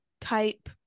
type